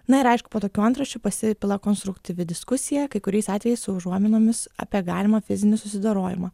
na ir aišku po tokių antraščių pasipila konstruktyvi diskusija kai kuriais atvejais su užuominomis apie galimą fizinį susidorojimą